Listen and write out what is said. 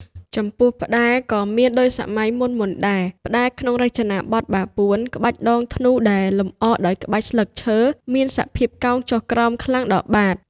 ចំពោះផ្តែ ក៏មានដូចសម័យមុនៗដែរ ផ្តែរក្នុងរចនាបថបាពួន ក្បាច់ដងធ្នូដែលលម្អដោយក្បាច់ស្លឹកឈើ មានសភាពកោងចុះក្រោមខ្លាំងដល់បាត។